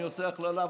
אני עושה הכללה,